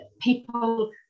people